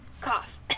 Cough